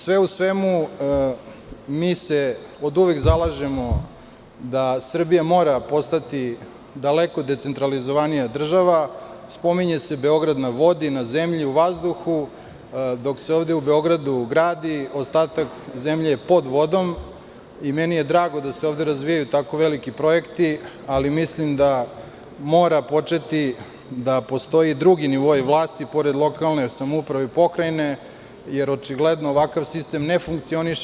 Sve u svemu, mi se oduvek zalažemo da Srbija mora postati daleko decentralizovanija država, spominje se Beograd na vodi, na zemlji,u vazduhu, dok se ovde u Beogradu gradi, ostatak zemlje je pod vodom i meni je drago da se ovde razvijaju tako veliki projekti, ali mislim da mora početi da postoje drugi nivoi vlasti, pored lokalne samouprave i pokrajine, jer očigledno ovakav sistem ne funkcioniše.